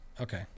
Okay